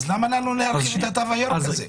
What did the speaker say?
למה לנו להרחיב את התו הירוק הזה?